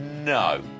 No